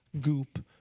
goop